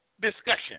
discussion